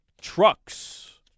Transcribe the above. trucks